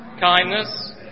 kindness